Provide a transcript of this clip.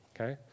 okay